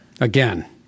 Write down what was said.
Again